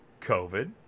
COVID